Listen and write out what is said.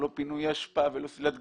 לא פינוי אשפה ולא סלילת כבישים.